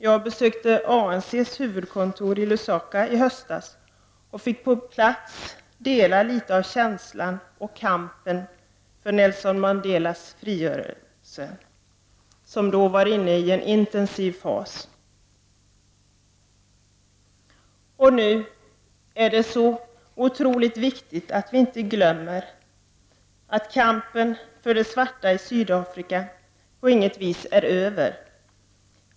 Jag besökte ANC:s huvudkontor i Lusaka i höstas och fick på plats dela litet av känslan och kampen för Nelson Mandelas frigivande, som då var inne i en intensiv fas. Nu är det otroligt viktigt att vi inte glömmer att kampen för de svarta i Sydafrika på inget vis är över.